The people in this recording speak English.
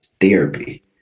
therapy